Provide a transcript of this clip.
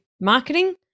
marketing